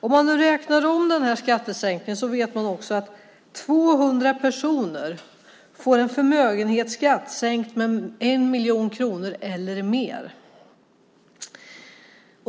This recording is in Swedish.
Om man räknar om skattesänkningen vet man också att 200 personer får sin förmögenhetsskatt sänkt med 1 miljon kronor eller mer.